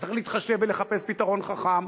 אז צריך להתחשב בחיפוש פתרון חכם.